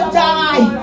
die